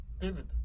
David